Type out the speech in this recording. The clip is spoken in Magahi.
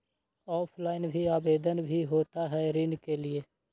ऑफलाइन भी आवेदन भी होता है ऋण के लिए?